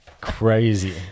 crazy